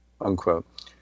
unquote